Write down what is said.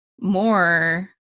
more